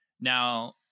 Now